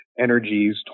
energies